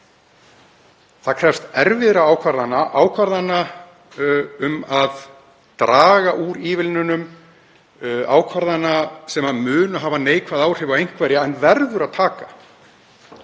Það krefst erfiðra ákvarðana, ákvarðana um að draga úr ívilnunum, ákvarðana sem munu hafa neikvæð áhrif á einhverja en verður að taka